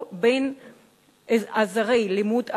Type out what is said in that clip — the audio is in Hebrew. או בין עזרי לימוד אחרים,